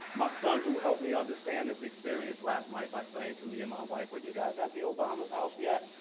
my son, who helped me understand this experience last night by saying to me and my wife, were you guys at the obama's house yet?